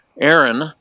Aaron